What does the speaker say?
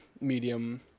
medium